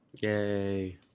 Yay